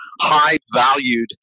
high-valued